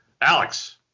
Alex